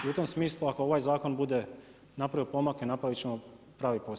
I u tom smislu ako ovaj zakon bude napravio pomake napravit ćemo pravi posao.